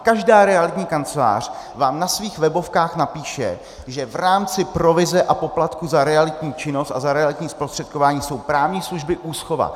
Každá realitní kancelář vám na svých webovkách napíše, že v rámci provize a poplatku za realitní činnost a za realitní zprostředkování jsou právní služby, úschova.